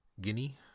Guinea